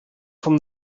from